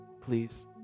please